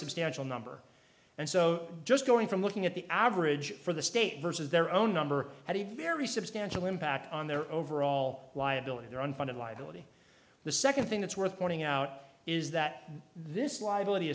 substantial number and so just going from looking at the average for the state versus their own number had a very substantial impact on their overall liability their unfunded liability the second thing that's worth pointing out is that this liability